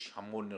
יש המון נרשמים.